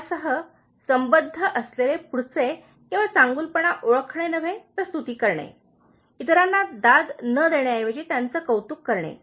यासह संबद्ध असलेले पुढचे केवळ चांगुलपणा ओळखणे नव्हे तर स्तुती करणे इतराना दाद न देण्याऐवजी त्यांचे कौतुक करणे